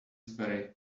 very